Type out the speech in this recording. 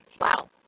Wow